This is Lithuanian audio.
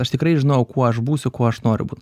aš tikrai žinojau kuo aš būsiu kuo aš noriu būt